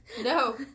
No